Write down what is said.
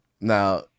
now